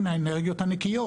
אלו הן האנרגיות הנקיות.